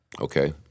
Okay